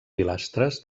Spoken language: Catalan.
pilastres